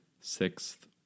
Sixth